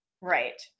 Right